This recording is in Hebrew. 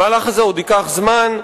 המהלך הזה ייקח זמן,